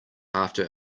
after